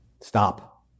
stop